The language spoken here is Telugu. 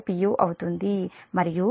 మరియు Z0 j3